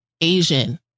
Asian